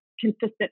consistent